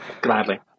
gladly